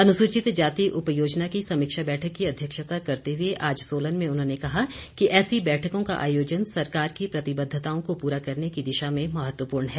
अनुसूचित जाति उपयोजना की समीक्षा बैठक की अध्यक्षता करते हुए आज सोलन में उन्होंने कहा कि ऐसी बैठकों का आयोजन सरकार की प्रतिबद्धताओं को पूरा करने की दिशा में महत्वपूर्ण है